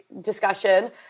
discussion